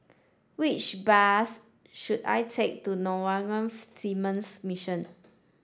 which bus should I take to Norwegian Seamen's Mission